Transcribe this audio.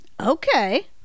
okay